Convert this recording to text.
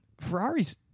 Ferrari's